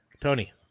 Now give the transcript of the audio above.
Tony